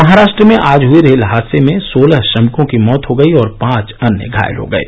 महाराष्ट्र में आज हुए रेल हादसे में सोलह श्रमिकों की मौत हो गयी और पांच अन्य घायल हो गये